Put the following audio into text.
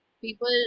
people